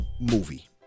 movie